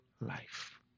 life